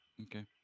Okay